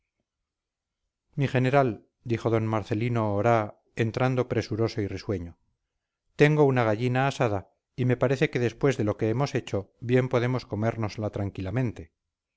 mi general dijo d marcelino oraa entrando presuroso y risueño tengo una gallina asada y me parece que después de lo que hemos hecho bien podemos comérnosla tranquilamente